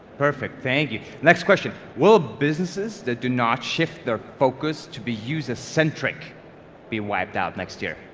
perfect, thank you. next question, will businesses that do not shift their focus to be user-centric be wiped out next year?